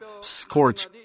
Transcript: scorch